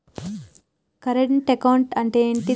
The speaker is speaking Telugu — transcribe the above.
కరెంట్ అకౌంట్ అంటే ఏంటిది?